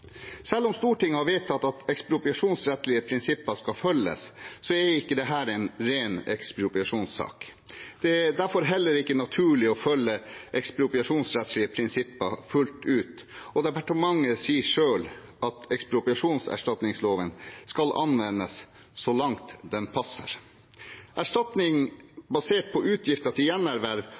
Selv om Stortinget har vedtatt at ekspropriasjonsrettslige prinsipper skal følges, er ikke dette en ren ekspropriasjonssak. Det er derfor heller ikke naturlig å følge ekspropriasjonsrettslige prinsipper fullt ut, og departementet sier selv at ekspropriasjonserstatningsloven skal anvendes «så langt den passer». Erstatning basert på utgifter til gjenerverv